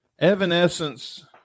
Evanescence